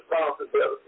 responsibility